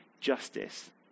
justice